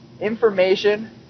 information